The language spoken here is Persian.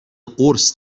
قرص